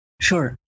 Sure